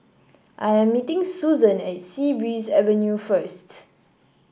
I am meeting Suzan at Sea Breeze Avenue first